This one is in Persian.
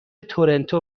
تورنتو